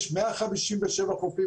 יש 157 חופים.